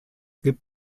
gibt